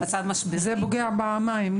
מצב משברי --- זה פוגע פעמיים,